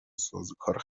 سازوکار